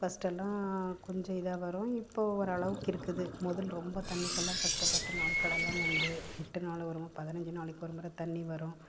ஃபஸ்ட்டெல்லாம் கொஞ்சம் இதாக வரும் இப்போ ஓரளவுக்கு இருக்குது முதல் ரொம்ப தண்ணிக்கலாம் கஷ்டப்பட்ட நாட்கள் எல்லாம் உண்டு எட்டு நாள் வரும் பதினைஞ்சு நாளைக்கு ஒரு முறை தண்ணி வரும்